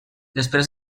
després